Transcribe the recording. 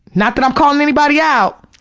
not that i'm calling anybody out,